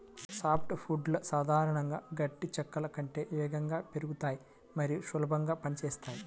soft వుడ్లు సాధారణంగా గట్టి చెక్కల కంటే వేగంగా పెరుగుతాయి మరియు సులభంగా పని చేస్తాయి